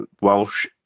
Welsh